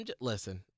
Listen